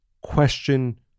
question